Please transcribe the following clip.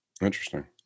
Interesting